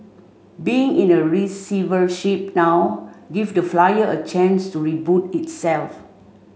being in the receivership now give the flyer a chance to reboot itself